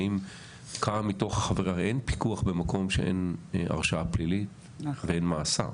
הרי אין פיקוח במקום שבו אין הרשעה פלילית ואין מאסר.